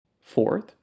Fourth